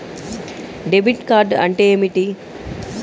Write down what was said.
Debit card అంటే ఏమిటి?